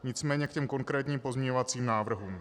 Nicméně ke konkrétním pozměňovacím návrhům.